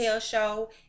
show